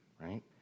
right